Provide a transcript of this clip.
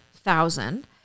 thousand